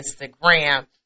Instagram